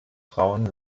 frauen